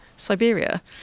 Siberia